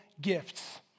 gifts